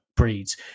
Breeds